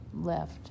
left